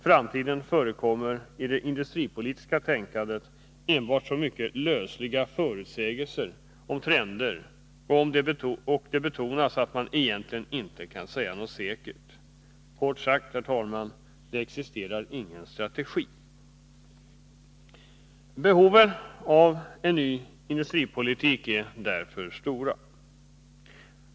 Framtiden förekommer i det industripolitiska tänkandet enbart som mycket lösliga förutsägelser om trender, och det betonas att man egentligen inte kan säga något säkert. Kort sagt, herr talman: Det existerar ingen strategi. Behovet av en ny industripolitik är därför stort.